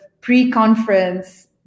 pre-conference